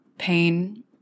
pain